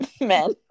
men